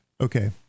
okay